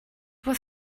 was